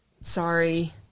sorry